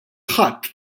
ħadd